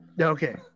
okay